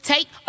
Take